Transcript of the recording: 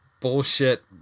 bullshit